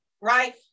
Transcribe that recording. right